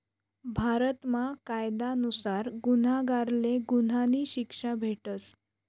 भारतमा कायदा नुसार गुन्हागारले गुन्हानी शिक्षा भेटस